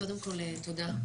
קודם כל, תודה.